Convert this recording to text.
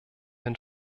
den